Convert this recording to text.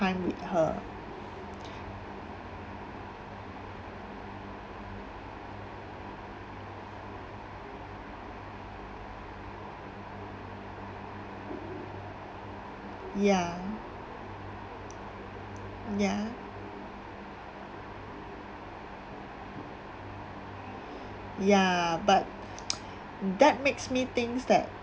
with her ya ya ya but that's make me thinks that